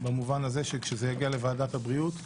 במובן הזה שכשזה יגיע לוועדת הבריאות,